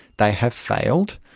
they have failed.